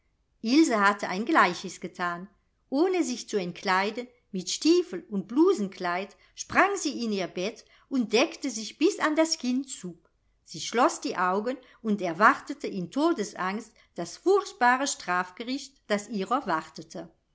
ilse hatte ein gleiches gethan ohne sich zu entkleiden mit stiefel und blousenkleid sprang sie in ihr bett und deckte sich bis an das kinn zu sie schloß die augen und erwartete in todesangst das furchtbare strafgericht das